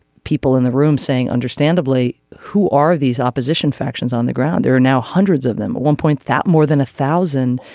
people in the room saying understandably who are these opposition factions on the ground. there are now hundreds of them at one point that more than a thousand.